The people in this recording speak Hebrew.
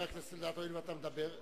חבר הכנסת אלדד, הואיל ואתה מדבר לעניין,